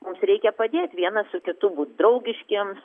mums reikia padėt vienas su kitu būt draugiškiems